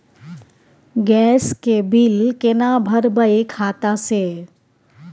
Gas के bill केना भरबै खाता से?